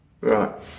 Right